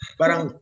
parang